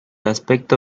aspecto